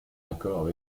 accord